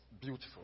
beautiful